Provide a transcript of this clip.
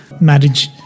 marriage